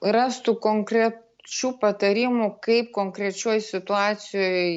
rastų konkrečių patarimų kaip konkrečioj situacijoj